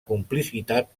complicitat